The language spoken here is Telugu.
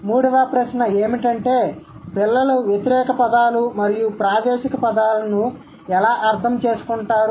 మూడవ ప్రశ్న ఏమిటంటే పిల్లలు వ్యతిరేక పదాలు మరియు ప్రాదేశిక పదాలు ఎలా అర్ధం చేసుకుంటారు